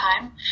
time